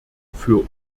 für